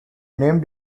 name